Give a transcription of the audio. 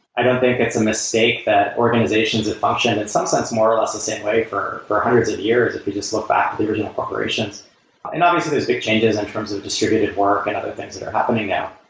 i don't think it's a mistake that organizations that function, in some sense more or less the same way for for hundreds of years, if you just look back to the original corporations and obviously, there's big changes in terms of distributed work and other things that are happening now.